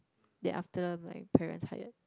then after that I'm like parents hired